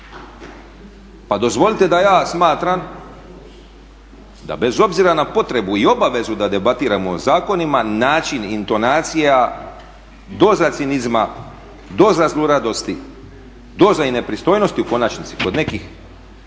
Pa dozvolite da ja smatram da bez obzira na potrebu i obavezu da debatiramo o zakonima način intonacija doza cinizma, doza zluradosti, doza i nepristojnosti u konačnici kod nekih